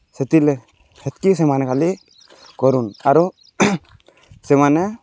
ସେଥିର୍ଲେ ହେତ୍କି ସେମାନେ ଖାଲି କରୁନ୍ ଆରୁ ସେମାନେ